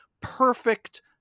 perfect